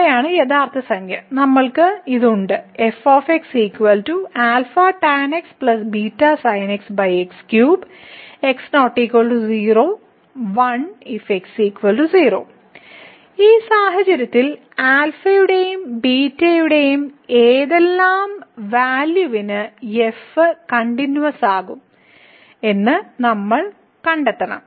അവയാണ് യഥാർത്ഥ സംഖ്യ നമ്മൾക്ക് ഇത് ഉണ്ട് ഈ സാഹചര്യത്തിൽ യുടെയും യുടെയും ഏതെല്ലാം വാല്യൂവിന് f കണ്ടിന്യൂവസ് ആകും എന്ന് നമുക്ക് കണ്ടെത്തണം